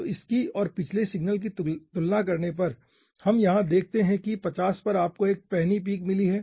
तो इसकी और आपके पिछले सिग्नल की तुलना करने से आप यहाँ देखते हैं कि 50 पर आपको एक पैनी पीक मिली है